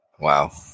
Wow